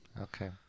Okay